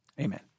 Amen